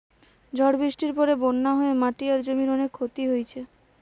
ঝড় বৃষ্টির পরে বন্যা হয়ে মাটি আর জমির অনেক ক্ষতি হইছে